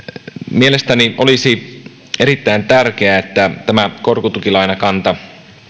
mielestäni olisi erittäin tärkeää että tähän korkotukilainakantaan